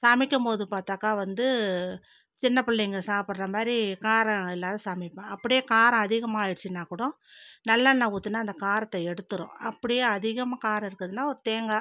சமைக்கும்போது பார்த்தாக்கா வந்து சின்ன பிள்ளைங்க சாப்படுற மாதிரி காரம் இல்லாம சமைப்பேன் அப்படியே காரம் அதிகமாயிடுச்சுனா கூட நல்லெண்ணய் ஊற்றுனா அந்த காரத்தை எடுத்துரும் அப்படியே அதிகமாக காரம் இருக்குதுனா ஒரு தேங்காய்